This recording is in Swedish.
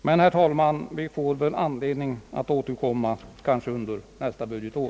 Men, herr talman, vi får väl anledning att återkomma kanske under nästa budgetår.